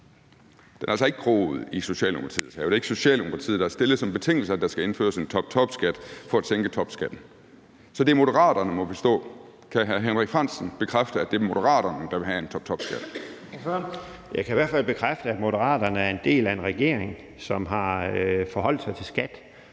Den er altså ikke groet i Socialdemokratiets have, det er ikke Socialdemokratiet, der har stillet som betingelse, at der skal indføres en toptopskat for at sænke topskatten. Så det er Moderaterne, må vi kunne forstå. Kan hr. Henrik Frandsen bekræfte, at det er Moderaterne, der vil have en toptopskat? Kl. 11:20 Første næstformand (Leif Lahn Jensen): Ordføreren. Kl.